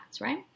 right